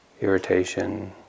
irritation